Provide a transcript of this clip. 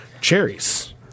cherries